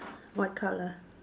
what colour